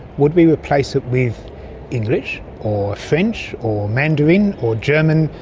would we replace it with english or french or mandarin or german?